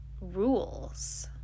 rules